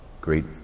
great